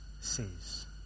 says